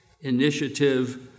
initiative